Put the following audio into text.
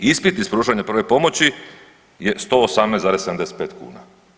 Ispit iz pružanja prve pomoći je 118,75 kuna.